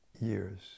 years